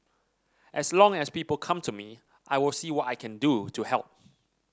as long as people come to me I will see what I can do to help